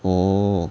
orh